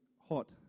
hot